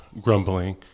grumbling